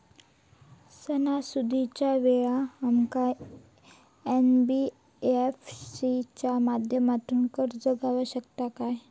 सणासुदीच्या वेळा आमका एन.बी.एफ.सी च्या माध्यमातून कर्ज गावात शकता काय?